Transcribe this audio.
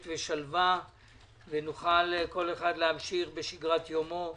ושלווה ונוכל כל אחד להמשיך בשגרת יומו,